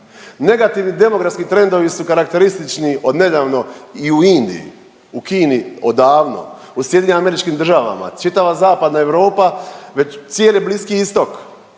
Negativni demografski trendovi su karakteristični od nedavno i u Indiji, u Kini odavno, u SAD-u, čitava Zapadna Europa već cijeli Bliski Istok,